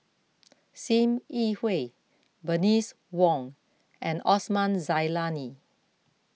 Sim Yi Hui Bernice Wong and Osman Zailani